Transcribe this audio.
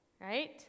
right